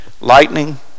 Lightning